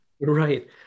Right